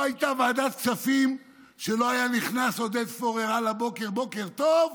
לא הייתה ועדת כספים שלא היה נכנס עודד פורר על הבוקר: בוקר טוב.